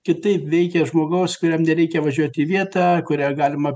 kitaip veikia žmogaus kuriam nereikia važiuoti į vietą kurią galima